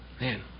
Man